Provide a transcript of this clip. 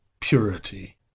purity